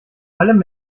allem